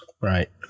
right